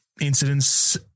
incidents